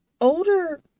older